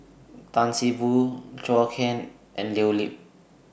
Tan See Boo Zhou Can and Leo Lip